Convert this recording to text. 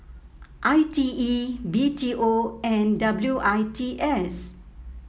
I T E B T O and W I T S